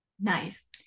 Nice